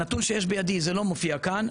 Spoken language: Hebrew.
הנתון שבידי לא מופיע כאן,